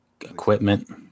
Equipment